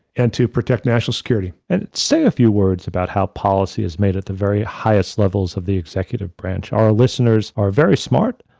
and to protect national security. and say a few words about how policy is made at the very highest levels of the executive branch. our listeners are very smart,